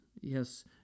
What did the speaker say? yes